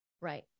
right